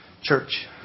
church